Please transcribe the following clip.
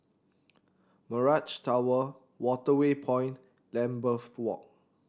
Mirage Tower Waterway Point Lambeth Walk